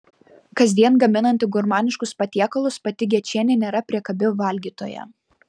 kasdien gaminanti gurmaniškus patiekalus pati gečienė nėra priekabi valgytoja